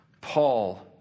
Paul